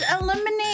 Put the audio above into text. eliminate